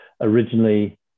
Originally